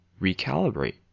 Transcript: recalibrate